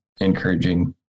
encouraging